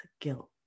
guilt